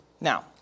Now